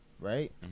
right